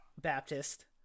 Baptist